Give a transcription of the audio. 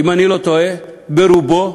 אם אני לא טועה, רובו,